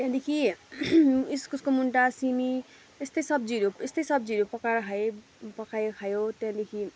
त्यहाँदेखि इस्कुसको मुन्टा सिमी यस्तै सब्जीहरू यस्तै सब्जीहरू पकाएर खाएँ पकायो खायो त्यहाँदेखि